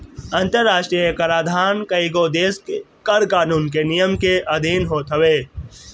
अंतरराष्ट्रीय कराधान कईगो देस के कर कानून के नियम के अधिन होत हवे